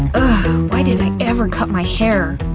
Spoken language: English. why did i ever cut my hair?